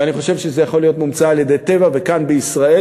ואני חושב שזה יכול להיות מומצא על-ידי "טבע" וכאן בישראל,